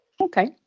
Okay